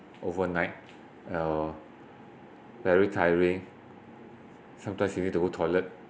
overnight uh very tiring sometimes you need to go toilet